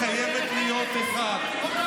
חייבת להיות אחת,